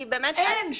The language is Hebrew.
אין.